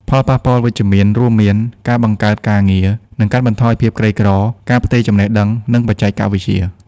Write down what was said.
ផលប៉ះពាល់វិជ្ជមានរួមមាន ការបង្កើតការងារ និងកាត់បន្ថយភាពក្រីក្រ ការផ្ទេរចំណេះដឹង និងបច្ចេកវិទ្យា។